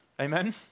Amen